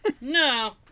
No